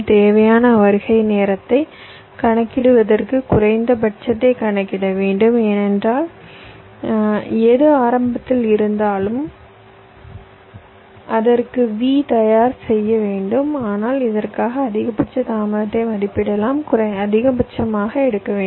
தேவையான வருகை நேரத்தைக் கணக்கிடுவதற்கு குறைந்தபட்சத்தைக் கணக்கிட வேண்டும் ஏனென்றால் எது ஆரம்பத்தில் இருந்தாலும் அதற்கு V தயார் செய்ய வேண்டும் ஆனால் இதற்காக அதிகபட்ச தாமதத்தை மதிப்பிடலாம் அதிகபட்சமாக எடுக்க வேண்டும்